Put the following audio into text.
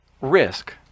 risk